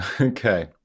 Okay